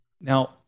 Now